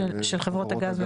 של חברות הגז.